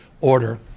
order